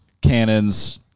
cannons